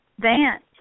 Vance